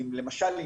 למשל,